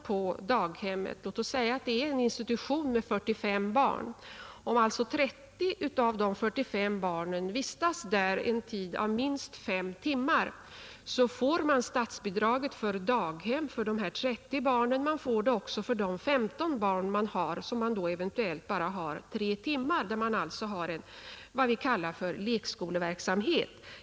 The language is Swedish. Statsbidraget till daghem är då så konstruerat, att om två tredjedelar av barnen på daghemmet är där en tid av minst fem timmar, så får man statsbidraget för daghem för dessa 30 barn, men man får det också för de 15 barn som man eventuellt har bara tre timmar och för vilka man alltså driver vad vi kallar lekskoleverksamhet.